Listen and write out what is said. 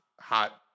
hot